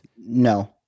No